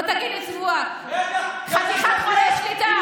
לא תגיד לי צבועה, חתיכת חולה שליטה.